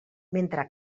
mentre